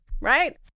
right